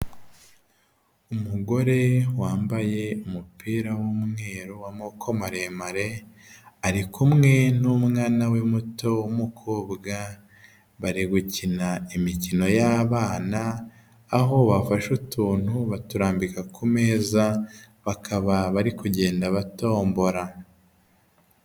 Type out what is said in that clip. Umugore wambaye umupira w'umweru w'amaboko maremare, ari kumwe n'umwana we muto w'umukobwa, bari gukina imikino y'abana, aho bafashe utuntu baturambika ku meza bakaba bari kugenda batombora.